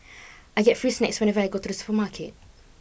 I get free snacks whenever I go to the supermarket